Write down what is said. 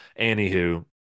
anywho